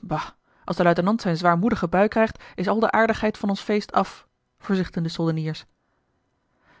bah als de luitenant zijn zwaarmoedige bui krijgt is al de aardigheid van ons feest af verzuchtten de soldeniers